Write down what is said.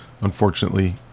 unfortunately